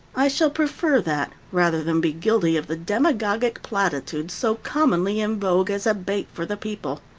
i shall prefer that rather than be guilty of the demagogic platitudes so commonly in vogue as a bait for the people.